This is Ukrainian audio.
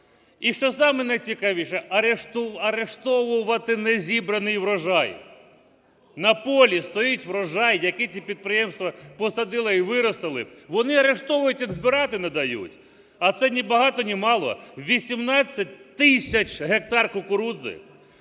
саме найцікавіше, арештовувати незібраний урожай. На полі стоїть врожай, які ці підприємства посадили і виростили, вони арештовують, збирати не дають. А це ні багато ні мало – 18 тисяч гектарів кукурудзу,